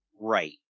Right